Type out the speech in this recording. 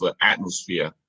atmosphere